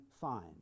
fine